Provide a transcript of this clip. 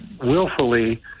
willfully